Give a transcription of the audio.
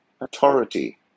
authority